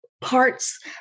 parts